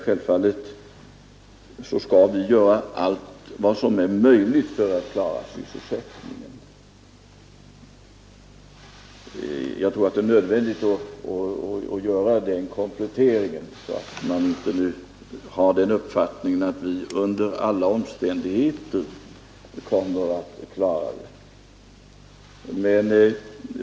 Självfallet skall vi göra allt som är möjligt för att klara sysselsättningen. Jag tror att det är nödvändigt att göra den kompletteringen, så att man inte nu har uppfattningen att vi under alla omständigheter kommer att klara den uppgiften.